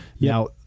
Now